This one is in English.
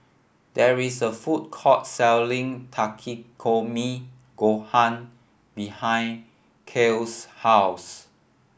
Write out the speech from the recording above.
there is a food court selling Takikomi Gohan behind Kiel's house